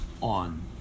on